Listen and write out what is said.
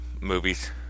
movies